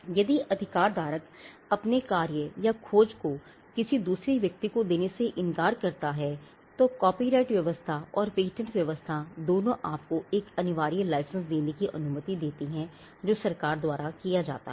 यदि अधिकारधारक अपने कार्य या खोज को किसी दूसरे व्यक्ति को देने से इंकार करता है तो कॉपीराइट व्यवस्था और पेटेंट व्यवस्था दोनों आपको एक अनिवार्य लाइसेंस लेने अनुमति देती है जो सरकार द्वारा दिया जाता है